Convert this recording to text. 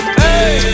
hey